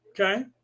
Okay